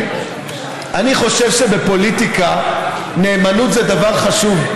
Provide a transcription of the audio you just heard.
אני חושב שבפוליטיקה נאמנות זה דבר חשוב.